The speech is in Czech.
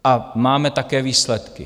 A máme také výsledky.